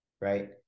right